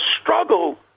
struggle